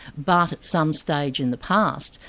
but at some stage in the past,